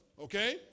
okay